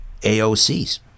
AOC's